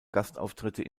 gastauftritte